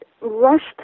rushed